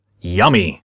Yummy